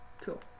Cool